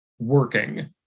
Working